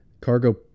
Cargo